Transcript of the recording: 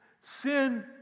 sin